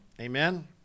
Amen